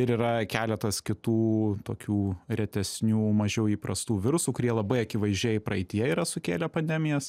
ir yra keletas kitų tokių retesnių mažiau įprastų virusų kurie labai akivaizdžiai praeityje yra sukėlę pandemijas